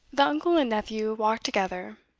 the uncle and nephew walked together,